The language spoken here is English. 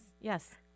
Yes